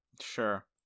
Sure